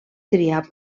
triar